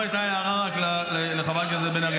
זו הייתה הערה לחברת הכנסת בן ארי.